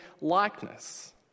likeness